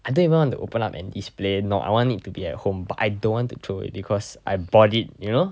I don't even want to open up and display no I want it to be at home but I don't want to throw it because I bought it you know